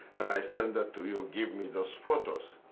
and i send it to you. give me those photos.